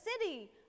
city